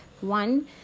one